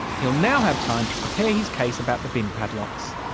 he'll now have time to prepare his case about the bin padlocks.